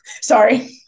Sorry